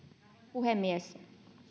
puhemies